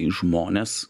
į žmones